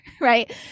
right